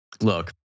Look